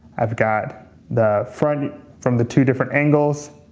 i've got the front from the two different angles.